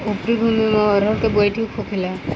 उपरी भूमी में अरहर के बुआई ठीक होखेला?